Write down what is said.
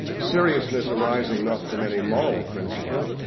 a seriousness arising not from any moral principle,